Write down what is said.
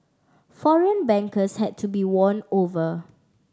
foreign bankers had to be won over